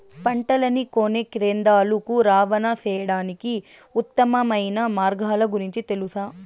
పంటలని కొనే కేంద్రాలు కు రవాణా సేయడానికి ఉత్తమమైన మార్గాల గురించి తెలుసా?